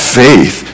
faith